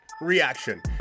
reaction